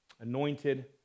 Anointed